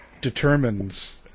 determines